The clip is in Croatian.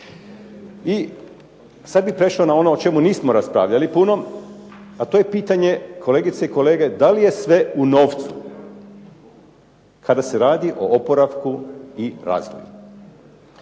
I sad bih prešao na ono o čemu nismo raspravljali puno, a to je pitanje kolegice i kolege da li je sve u novcu kada se radi o oporavku i razvoju.